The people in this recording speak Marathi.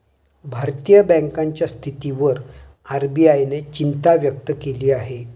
भारतीय बँकांच्या स्थितीवर आर.बी.आय ने चिंता व्यक्त केली आहे